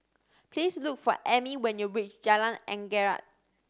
please look for Emmy when you reach Jalan Anggerek